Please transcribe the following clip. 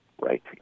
right